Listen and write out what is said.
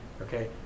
okay